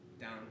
down